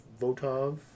Votov